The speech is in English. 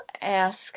ask